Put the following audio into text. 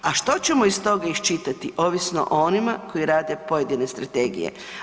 A što ćemo iz toga iščitati, ovisno o onima koji rade pojedine strategije.